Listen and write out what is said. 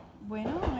Bueno